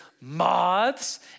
moths